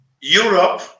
Europe